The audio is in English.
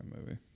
movie